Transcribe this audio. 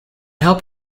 helped